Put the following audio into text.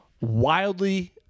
wildly